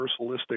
universalistic